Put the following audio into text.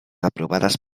aprovades